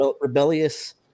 rebellious